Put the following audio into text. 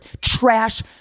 trash